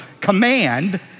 command